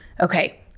okay